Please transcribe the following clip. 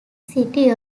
city